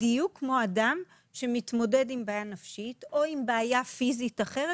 בדיוק כמו אדם שמתמודד עם בעיה נפשית או עם בעיה פיזית אחרת,